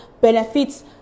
benefits